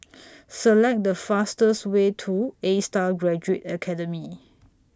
Select The fastest Way to A STAR Graduate Academy